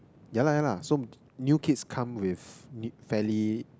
yeah lah yeah lah so new kids come with ne~ fairly